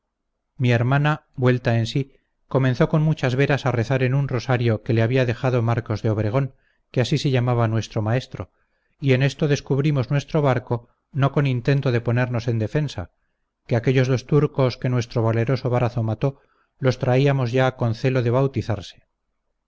mi hermana vuelta en sí comenzó con muchas veras a rezar en un rosario que le había dejado marcos de obregón que así se llamaba nuestro maestro y en esto descubrimos vuestro barco no con intento de ponernos en defensa que aquellos dos turcos que vuestro valeroso brazo mató los traíamos ya con celo de bautizarse